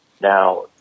Now